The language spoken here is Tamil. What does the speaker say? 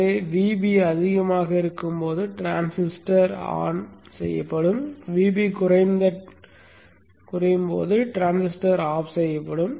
எனவே Vb அதிகமாக இருக்கும் போது டிரான்சிஸ்டர் ஆன் செய்யப்படும் Vb குறைந்த டிரான்சிஸ்டர் ஆஃப் செய்யப்படும்